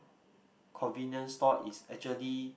convenience store is actually